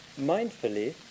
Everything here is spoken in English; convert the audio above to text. Mindfully